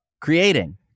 creating